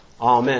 Amen